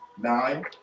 Nine